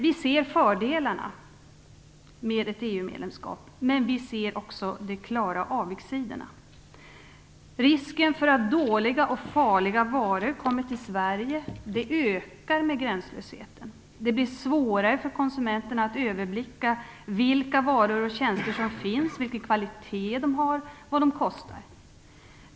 Vi ser fördelarna med ett EU-medlemskap, men vi ser också de klara avigsidorna. Risken för att dåliga och farliga varor kommer till Sverige ökar med gränslösheten. Det blir svårare för konsumenterna att överblicka vilka varor och tjänster som finns, vilken kvalitet de har och vad de kostar.